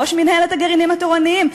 ראש מינהלת הגרעינים התורניים,